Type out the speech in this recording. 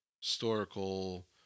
historical